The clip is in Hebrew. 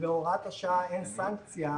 שבהוראת השעה אין סנקציה,